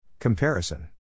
Comparison